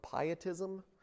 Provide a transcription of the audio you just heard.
Pietism